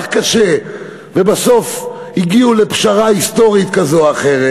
קשה ובסוף הגיעו לפשרה היסטורית כזו או אחרת.